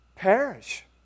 perish